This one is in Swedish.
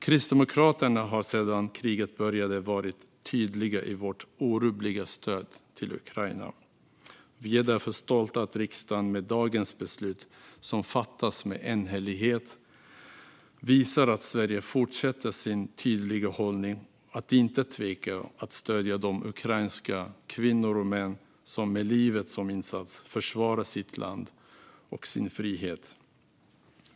Kristdemokraterna har sedan kriget började varit tydligt i vårt orubbliga stöd för Ukraina. Vi är därför stolta att riksdagen med dagens beslut, som fattas med enhällighet, visar att Sverige fortsätter sin tydliga hållning att inte tveka att stödja de ukrainska kvinnor och män som med livet som insats försvarar sitt land och sin frihet.